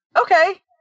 okay